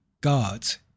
gods